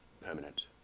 permanent